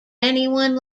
anyone